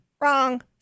Wrong